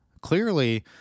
Clearly